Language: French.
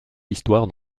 l’histoire